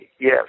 yes